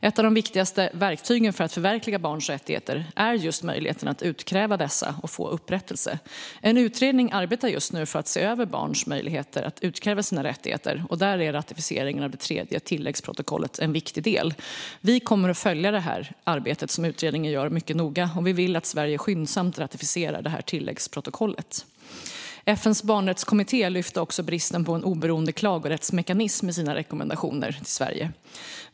Ett av de viktigaste verktygen för att förverkliga barns rättigheter är just möjligheten att utkräva dessa och få upprättelse. En utredning arbetar just nu för att se över barns möjligheter att utkräva sina rättigheter, och där är ratificeringen av det tredje tilläggsprotokollet en viktig del. Miljöpartiet kommer att följa utredningens arbete, och vi vill att Sverige skyndsamt ratificerar tilläggsprotokollet. FN:s barnrättskommitté lyfte också bristen på en oberoende klagorättsmekanism i sina rekommendationer till Sverige.